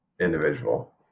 individual